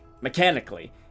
mechanically